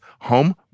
home